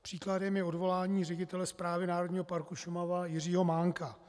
Příkladem je odvolání ředitele Správy Národního parku Šumava Jiřího Mánka.